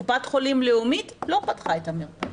קופת חולים לאומית לא פתחה את המרפאה.